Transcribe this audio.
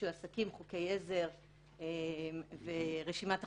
שעוסקים ברישוי עסקים,